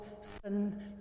sin